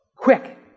Quick